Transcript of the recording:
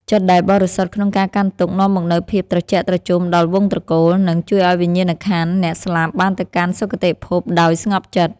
ចិត្តដែលបរិសុទ្ធក្នុងការកាន់ទុក្ខនាំមកនូវភាពត្រជាក់ត្រជុំដល់វង្សត្រកូល និង ជួយឱ្យវិញ្ញាណក្ខន្ធអ្នកស្លាប់បានទៅកាន់សុគតិភពដោយស្ងប់ចិត្ត។